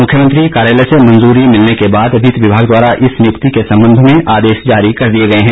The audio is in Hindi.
मुख्यमंत्री कार्यालय से मंजूरी मिलने के बाद वित्त विभाग द्वारा इस नियुक्ति के संबंध में आदेश जारी कर दिए गए हैं